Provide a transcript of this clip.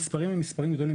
המספרים הם מספרים גדולים,